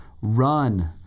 run